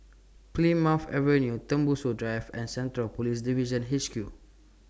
Plymouth Avenue Tembusu Drive and Central Police Division H Q